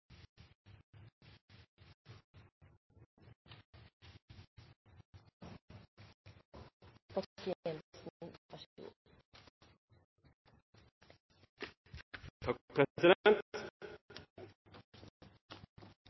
Takk, president.